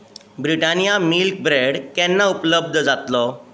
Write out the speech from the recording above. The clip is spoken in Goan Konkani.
ब्रिटानिया मिल्क ब्रँड केन्ना उपलब्ध जातलो